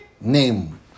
Name